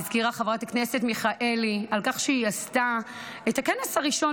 הזכירה חברת הכנסת מיכאלי שהיא עשתה את הכנס הראשון